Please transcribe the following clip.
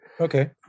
Okay